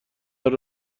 دیگر